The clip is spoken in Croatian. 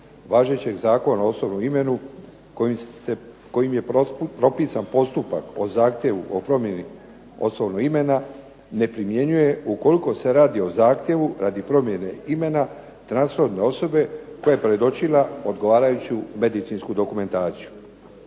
važećeg Zakona o osobnom imenu kojim je propisan postupak o zahtjevu o promjeni osobnog imena ne primjenjuje ukoliko se radi o zahtjevu radi promjene imena transferne osobe koja je predočila odgovarajuću medicinsku dokumentaciju.